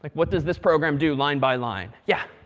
like what does this program do line by line? yeah?